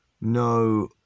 no